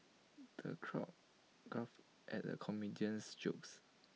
the crowd guffawed at the comedian's jokes